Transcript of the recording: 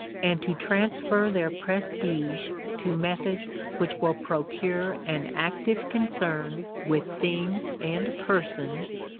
and to transfer their prestige to methods which will procure an active concern with things and persons,